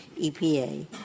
EPA